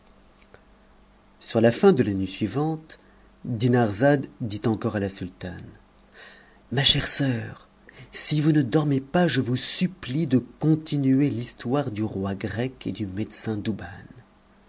sur la fin de la nuit suivante dinarzade dit encore à la sultane ma chère soeur si vous ne dormez pas je vous supplie de continuer l'histoire du roi grec et du médecin